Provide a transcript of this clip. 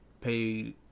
paid